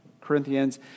Corinthians